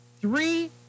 Three